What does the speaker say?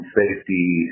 safety